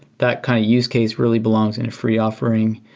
that kind of use case really belongs in a free offering,